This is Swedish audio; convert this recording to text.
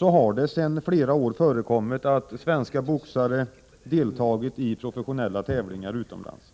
har det i flera år förekommit att svenska boxare har deltagit i professionella tävlingar utomlands.